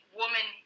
woman